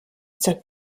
zur